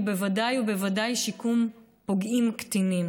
ובוודאי ובוודאי שיקום פוגעים קטינים.